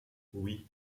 oui